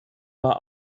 war